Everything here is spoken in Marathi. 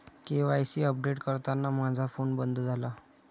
के.वाय.सी अपडेट करताना माझा फोन बंद झाला